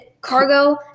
Cargo